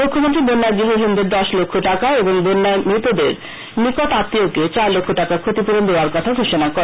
মুখ্যমন্ত্রী বন্যায় গৃহহীনদের দশ লক্ষ টাকা এবং বন্যায় মৃতদের নিকট আত্মীয়কে চার লক্ষ টাকা ক্ষতিপূরণ দেওয়ার কথা ঘোষণা করেন